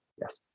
Yes